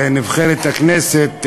נבחרת הכנסת,